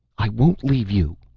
i won't leave you,